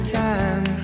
time